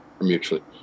mutually